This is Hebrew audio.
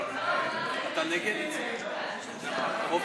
יש רוב,